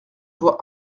voix